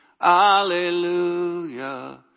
Hallelujah